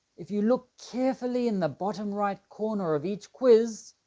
if you look carefully in the bottom right corner of each quiz,